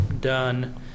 done